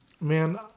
man